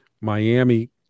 Miami